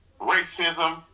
racism